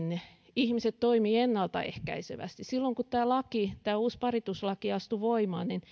ihmiset toimivat ennalta ehkäisevästi silloin kun tämä uusi parituslaki astui voimaan